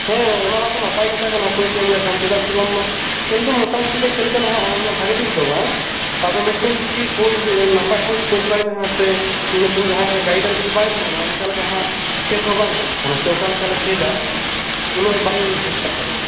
ᱦᱮᱸ ᱚᱱᱟ ᱢᱟᱛᱚ ᱱᱟᱯᱟᱭ ᱠᱟᱛᱷᱟ ᱠᱟᱱᱟ ᱠᱳᱪ ᱮᱢ ᱞᱮᱠᱷᱟᱱ ᱠᱷᱮᱞ ᱫᱚ ᱢᱳᱴᱟᱢᱩᱴᱤ ᱞᱮᱠᱷᱮᱞ ᱠᱟᱱᱟ ᱦᱟᱜ ᱩᱱᱟᱹ ᱵᱷᱟᱜᱮ ᱴᱷᱤᱠ ᱫᱚ ᱵᱟᱝ ᱟᱫᱚ ᱢᱤᱫᱴᱟᱝ ᱡᱚᱫᱤ ᱠᱳᱪ ᱱᱟᱯᱟᱭ ᱥᱟᱹᱦᱤᱡ ᱠᱳᱪ ᱵᱟᱭ ᱛᱟᱦᱮᱱᱟ ᱥᱮ ᱢᱤᱫᱴᱟᱝ ᱡᱟᱦᱟᱭ ᱜᱟᱭᱤᱰ ᱡᱚᱫᱤ ᱵᱟᱭ ᱛᱟᱦᱮᱱᱟ ᱚᱱᱠᱟ ᱞᱮᱠᱟ ᱦᱟᱜ ᱠᱷᱮᱞ ᱫᱚ ᱵᱟᱝ ᱜᱟᱱᱚᱜᱼᱟ ᱢᱟᱥᱮ ᱚᱠᱟᱞᱮᱠᱟ ᱞᱮ ᱠᱷᱮᱞᱟ ᱩᱱᱟᱹᱜ ᱵᱟᱝ ᱵᱷᱟᱜᱮ ᱠᱟᱱ ᱛᱟᱞᱮᱭᱟ